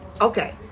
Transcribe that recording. Okay